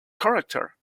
character